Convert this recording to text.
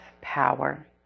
power